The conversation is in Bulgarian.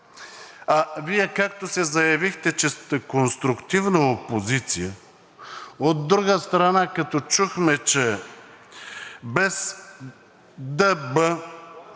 а Вие, както се заявихте, че сте конструктивна опозиция, от друга страна, като чухме, че без ДБ